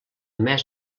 més